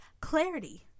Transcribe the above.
clarity